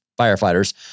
firefighters